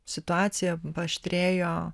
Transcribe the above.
situacija paaštrėjo